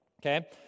Okay